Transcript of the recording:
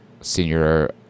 senior